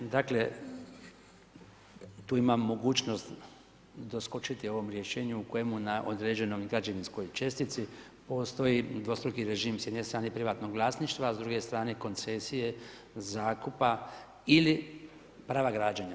Dakle, tu imam mogućnost doskočiti ovom rješenju u kojemu na određenoj građevinskoj čestici postoji dvostruki režim s jedne strane privatnog vlasništva, a s druge strane koncesije zakupa ili prava građenja.